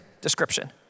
description